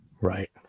Right